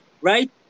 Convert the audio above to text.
right